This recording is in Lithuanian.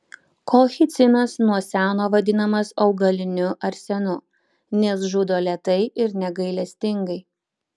kolchicinas nuo seno vadinamas augaliniu arsenu nes žudo lėtai ir negailestingai